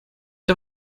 der